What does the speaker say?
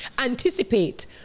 anticipate